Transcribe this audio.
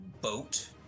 boat